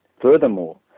Furthermore